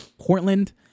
Portland